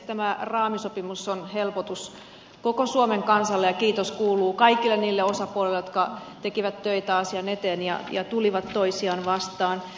tämä raamisopimus on helpotus koko suomen kansalle ja kiitos kuuluu kaikille niille osapuolille jotka tekivät töitä asian eteen ja tulivat toisiaan vastaan